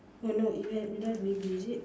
oh no you have you don't have baby is it